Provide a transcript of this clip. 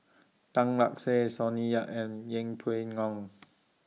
Tan Lark Sye Sonny Yap and Yeng Pway Ngon